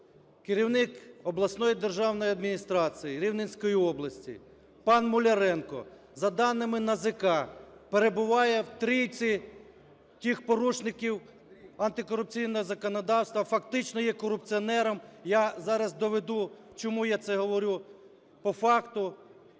керівник обласної державної адміністрації Рівненської області панМуляренко, за даними НАЗК, перебуває в трійці тих порушників антикорупційного законодавства, фактично є корупціонером, я зараз доведу, чому я це говорю, по факту